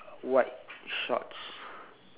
white shorts